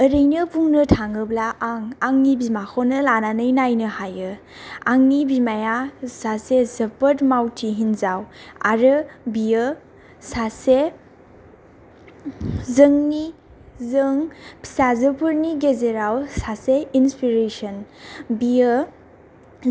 ओरैनो बुंनो थाङोब्ला आं आंनि बिमाखौनो लानानै नायनो हायो आंनि बिमाया सासे जोबोद मावथि हिनजाव आरो बियो सासे जोंनि जों फिसाजोफोरनि गेजेराव सासे इनस्पिरेसन बियो